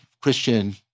Christian